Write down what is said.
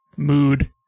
Mood